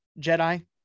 Jedi